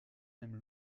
même